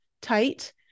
tight